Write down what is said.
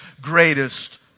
greatest